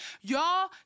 Y'all